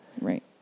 Right